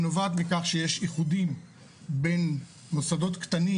היא נובעת מכך שיש איחודים בין מוסדות קטנים